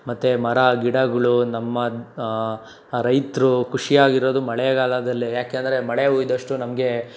ಮತ್ತು ಮರ ಗಿಡಗಳು ನಮ್ಮ ರೈತರು ಖುಷಿಯಾಗಿರೋದು ಮಳೆಗಾಲದಲ್ಲೇ ಯಾಕೆಂದರೆ ಮಳೆ ಹೊಯ್ದಷ್ಟು ನಮಗೆ